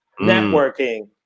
networking